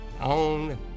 on